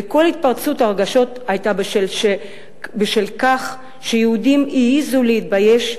וכל התפרצות הרגשות היתה בשל כך שהיהודים העזו להתבייש,